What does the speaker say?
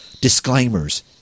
disclaimers